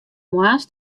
moarns